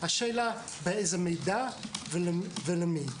השאלה באיזו מידה ולמי.